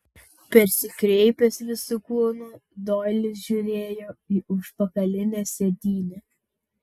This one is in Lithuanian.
persikreipęs visu kūnu doilis žiūrėjo į užpakalinę sėdynę